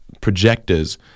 projectors